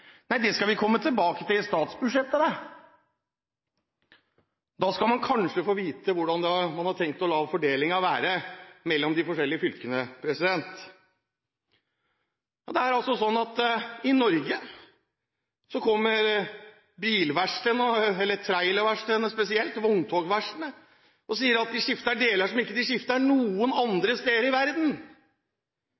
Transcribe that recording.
nei, det skal vi komme tilbake til i statsbudsjettene. Da skal man kanskje få vite hvordan man har tenkt å la fordelingen være mellom de forskjellige fylkene. I Norge sier bilverkstedene, spesielt trailer- og vogntogverkstedene, at de skifter deler som de ikke skifter noen